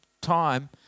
time